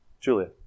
Julia